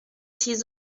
تیز